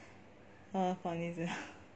eh funny sia